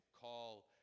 call